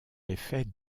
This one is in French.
effet